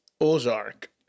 Ozark